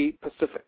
Pacific